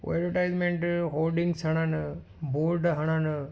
उहे advertisement hoardings हणणु board हणणु